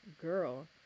girl